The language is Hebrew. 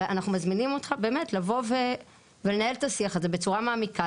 ואנחנו מזמינים אותך באמת לבוא ולנהל את השיח הזה בצורה מעמיקה,